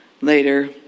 later